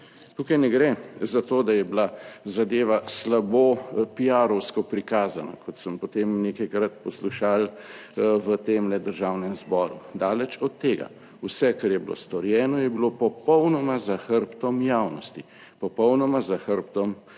Tukaj ne gre za to, da je bila zadeva slabo piarovsko prikazana kot sem, potem nekajkrat poslušal v tem Državnem zboru, daleč od tega. Vse kar je bilo storjeno je bilo popolnoma za hrbtom javnosti, popolnoma za hrbtom